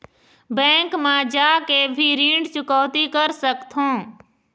Bank मा जाके भी ऋण चुकौती कर सकथों?